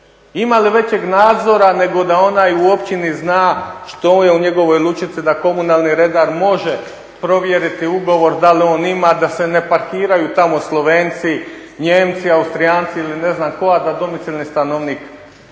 Ima li većeg nadzora nego da onaj u općini zna što mu je u njegovoj lučici? Da komunalni redar može provjeriti ugovor da li on ima, da se ne parkiraju tamo Slovenci, Nijemci, Austrijanci ili ne znam tko a da domicilni stanovnik